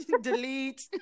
delete